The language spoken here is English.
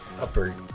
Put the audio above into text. Upper